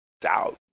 doubt